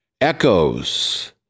echoes